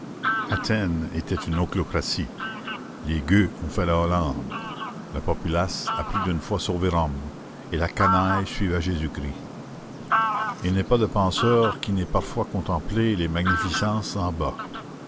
athènes était une ochlocratie les gueux ont fait la hollande la populace a plus d'une fois sauvé rome et la canaille suivait jésus-christ il n'est pas de penseur qui n'ait parfois contemplé les magnificences d'en bas